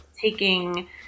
taking